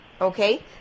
Okay